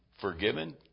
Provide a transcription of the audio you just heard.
forgiven